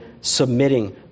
submitting